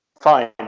fine